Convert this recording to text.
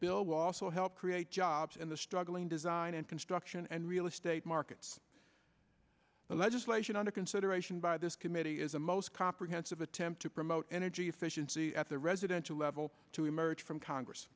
bill will also help create jobs in the struggling design and construction and real estate markets the legislation under consideration by this committee is the most comprehensive attempt to promote energy efficiency at the residential level to emerge from congress